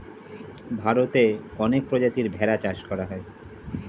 ভারতে অনেক প্রজাতির ভেড়া চাষ করা হয়